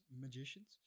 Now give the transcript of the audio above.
magicians